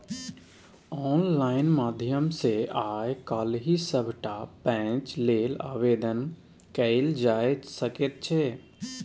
online माध्यम सँ आय काल्हि सभटा पैंच लेल आवेदन कएल जाए सकैत छै